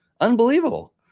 unbelievable